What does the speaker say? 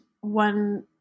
one